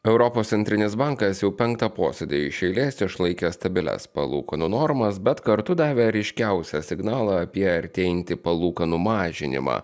europos centrinis bankas jau penktą posėdį iš eilės išlaikė stabilias palūkanų normas bet kartu davė ryškiausią signalą apie artėjantį palūkanų mažinimą